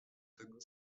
tego